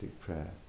prayer